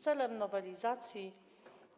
Celem nowelizacji